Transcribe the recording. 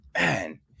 Man